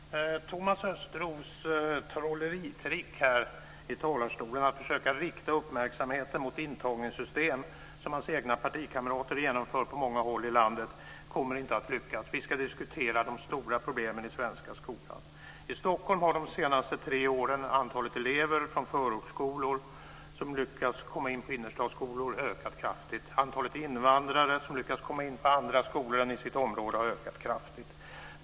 Herr talman! Thomas Östros trolleritrick här i talarstolen, att försöka rikta uppmärksamheten mot intagningssystem som hans egna partikamrater genomför på många håll i landet, kommer inte att lyckas. Vi ska diskutera de stora problemen i den svenska skolan. I Stockholm har de senaste tre åren antalet elever från förortsskolor som lyckats komma in på innerstadsskolor ökat kraftigt. Antalet invandrare som lyckats komma in på andra skolor än dem i det egna området har ökat kraftigt.